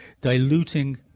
diluting